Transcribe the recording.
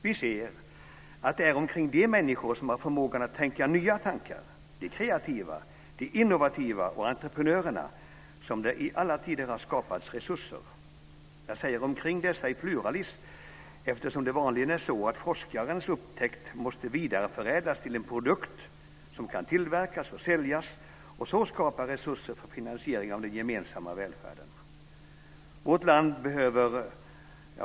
Vi ser att det är omkring de människorna som har förmågan att tänka nya tankar, de kreativa, de innovativa och entreprenörerna som det i alla tider har skapats resurser. Jag säger "de människorna", i pluralis, eftersom det vanligen är så att forskarens upptäckt måste vidareförädlas till en produkt som kan tillverkas och säljas och på så sätt skapa resurser för finansiering av den gemensamma välfärden.